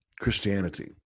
Christianity